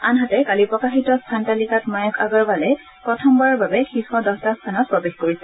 আনহাতে কালি প্ৰকাশিত স্থান তালিকাত ময়ংক অগৰৱালে প্ৰথমবাৰৰ বাবে শীৰ্ষ দহটা স্থানত প্ৰৱেশ কৰিছে